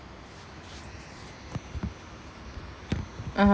(uh huh)